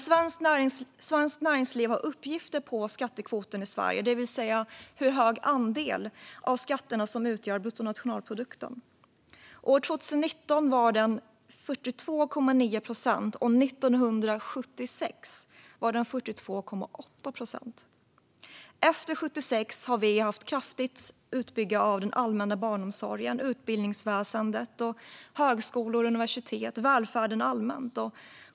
Svenskt Näringsliv har uppgifter på skattekvoten i Sverige, det vill säga hur hög andel skatterna utgör av bruttonationalprodukten. År 2019 var den 42,9 procent, och 1976 var den 42,8 procent. Efter 1976 har vi haft en kraftig utbyggnad av den allmänna barnomsorgen, utbildningsväsendet, högskolor och universitet, och välfärden allmänt.